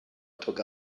took